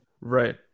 right